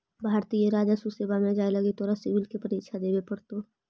भारतीय राजस्व सेवा में जाए लगी तोरा सिवल के परीक्षा देवे पड़तो